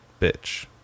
Bitch